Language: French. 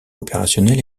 opérationnelle